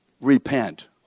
Repent